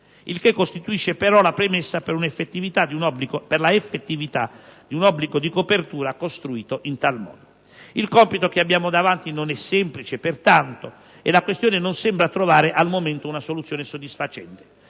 il che costituisce però la premessa per la effettività di un obbligo di copertura costruito in tal modo. Il compito che abbiamo davanti non è semplice, pertanto, e la questione non sembra trovare al momento una soluzione soddisfacente,